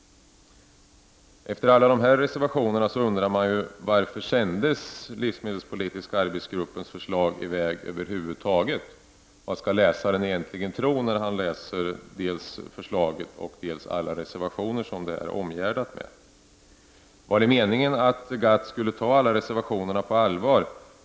Efter alla dessa reservationer undrar man varför livsmedelspolitiska arbetsgruppens förslag över huvud taget sändes i väg. Vad skall läsaren egentligen tro när han läser dels förslaget, dels alla reservationer som det är omgärdat med? Var det meningen att man inom GATT skulle ta alla reservatio nerna på allvar?